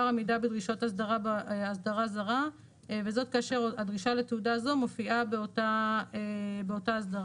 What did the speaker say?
המידע בדרישות אסדרה זרה וזאת כאשר הדרישה לתעודה זו מופיעה באותה הסדרה.